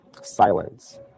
silence